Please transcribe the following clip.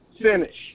finish